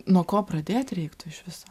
nuo ko pradėt reiktų iš viso